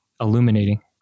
illuminating